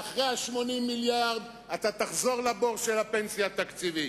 ואחרי 80 המיליארד אתה תחזור לבור של הפנסיה התקציבית,